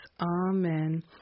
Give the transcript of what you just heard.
amen